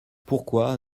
pourquoi